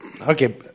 Okay